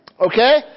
Okay